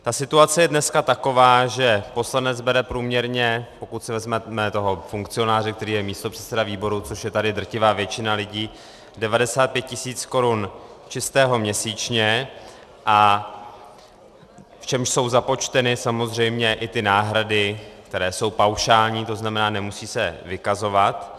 Ta situace je dneska taková, že poslanec bere průměrně, pokud si vezmeme toho funkcionáře, který je místopředseda výboru, což je tady drtivá většina lidí, 95 tisíc korun čistého měsíčně, v čemž jsou samozřejmě započteny i náhrady, které jsou paušální, to znamená, nemusí se vykazovat.